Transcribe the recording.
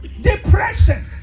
depression